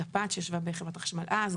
תפ"ט שישבה בחברת החשמל אז,